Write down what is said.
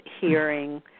hearing